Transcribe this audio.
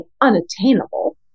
unattainable